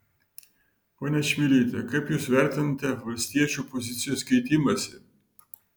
ponia čmilyte kaip jūs vertinate valstiečių pozicijos keitimąsi